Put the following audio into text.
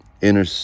inner